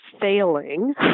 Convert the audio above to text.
failing